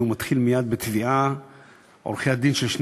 אם הוא מתחיל מייד בתביעה,